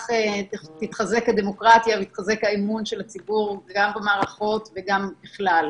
וכך תתחזק הדמוקרטיה ויתחזק האמון של הציבור גם במערכות וגם בכלל.